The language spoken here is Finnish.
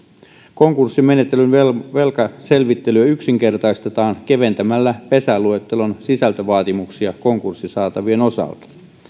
konkurssimenettelyn velkaselvittelyä yksinkertaistetaan keventämällä pesäluettelon sisältövaatimuksia konkurssisaatavien osalta